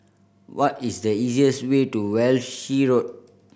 what is the easiest way to Walshe Road